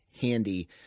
handy